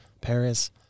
Paris